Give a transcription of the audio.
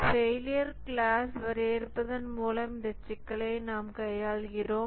failure class வரையறுப்பதன் மூலம் இந்த சிக்கலை நாம் கையாளுகிறோம்